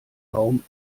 raum